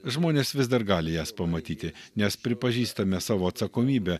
žmonės vis dar gali jas pamatyti nes pripažįstame savo atsakomybę